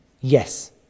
Yes